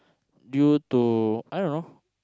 due to I don't know